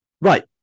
right